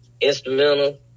Instrumental